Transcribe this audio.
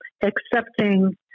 accepting